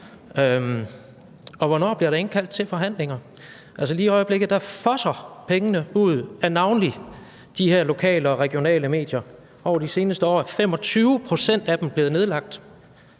Og hvornår bliver der indkaldt til forhandlinger? Lige i øjeblikket fosser pengene ud af navnlig de her lokale og regionale medier, og over de seneste år er 25 pct. af dem blevet nedlagt.